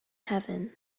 heaven